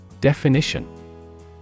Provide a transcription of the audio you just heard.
Definition